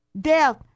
death